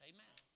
Amen